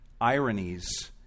ironies